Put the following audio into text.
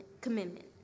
commitment